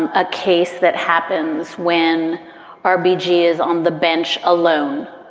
and a case that happens when r b g. is on the bench alone,